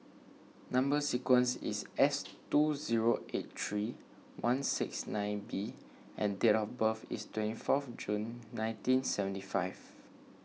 Number Sequence is S two zero eight three one six nine B and date of birth is twenty four June nineteen seventy five